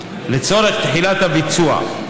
לצורך תחילת ביצוע,